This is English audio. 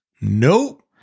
Nope